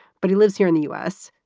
but he lives here in the u s.